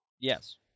Yes